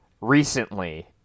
recently